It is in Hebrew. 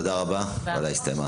תודה רבה, הוועדה הסתיימה.